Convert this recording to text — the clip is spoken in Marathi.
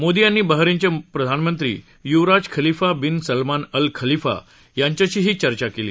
मोदी यांनी बहारिनचे प्रधानमंत्री युवराज Khalifa bin Salman al Khalifa यांच्याशीही चर्चा केली